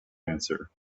answer